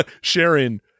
Sharon